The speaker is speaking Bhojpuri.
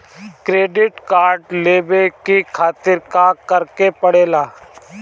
क्रेडिट कार्ड लेवे के खातिर का करेके पड़ेला?